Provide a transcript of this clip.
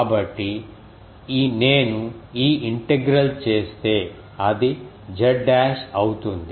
కాబట్టి నేను ఈ ఇంటెగ్రల్ చేస్తే అది z డాష్ అవుతుంది